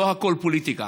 לא הכול פוליטיקה.